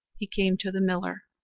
he came to the miller.